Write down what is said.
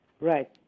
Right